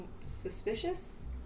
suspicious